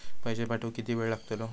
पैशे पाठवुक किती वेळ लागतलो?